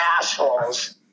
assholes